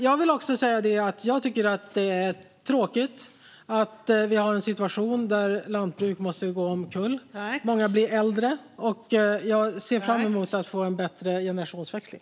Jag tycker att det är tråkigt att lantbruk måste gå omkull. Många blir äldre. Jag ser fram emot bättre förutsättningar för generationsväxling.